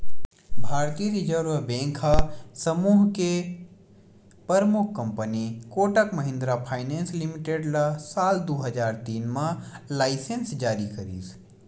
भारतीय reserve bank ह समूह के परमुख कंपनी कोटक महिन्द्रा फायनेंस लिमेटेड ल साल दू हजार तीन म लाइनेंस जारी करिस